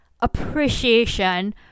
appreciation